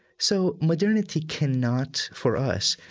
so modernity cannot, for us,